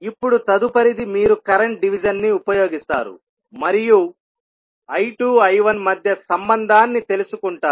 ఇప్పుడుతదుపరిది మీరు కరెంట్ డివిజన్ని ఉపయోగిస్తారు మరియు I2I1 మధ్య సంబంధాన్ని తెలుసుకుంటారు